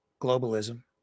globalism